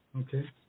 okay